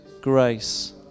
grace